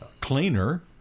cleaner